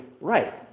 right